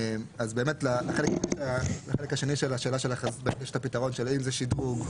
לחלק השני של השאלה שלך יש את הפתרון שאם זה שדרוג,